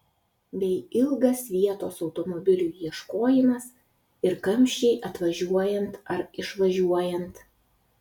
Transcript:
bei ilgas vietos automobiliui ieškojimas ir kamščiai atvažiuojant ar išvažiuojant